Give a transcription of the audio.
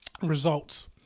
results